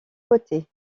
côtés